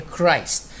Christ